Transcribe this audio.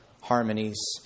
harmonies